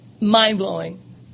mind-blowing